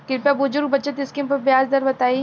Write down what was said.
कृपया बुजुर्ग बचत स्किम पर ब्याज दर बताई